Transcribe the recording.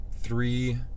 three